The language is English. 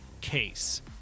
case